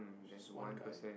just one guy